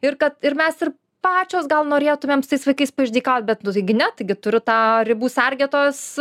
ir kad ir mes ir pačios gal norėtumėm su tais vaikais paišdykauti bet nu taigi ne taigi turiu tą ribų sergėtojos